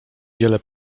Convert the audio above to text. wiele